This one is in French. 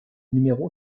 numéro